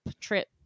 trip